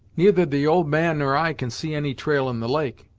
neither the old man nor i can see any trail in the lake.